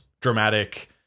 dramatic